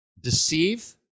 deceive